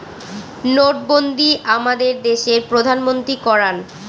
নোটবন্ধী আমাদের দেশের প্রধানমন্ত্রী করান